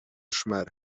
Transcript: szmer